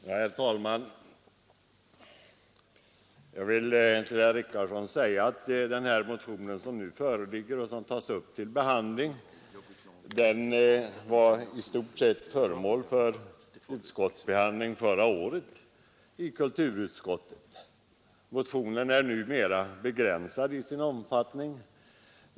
Herr talman! Kulturutskottet tog förra året ställning till en motion med i stort sett samma innehåll som den som nu behandlas, även om årets motion är mera begränsad till sin omfattning.